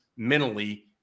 mentally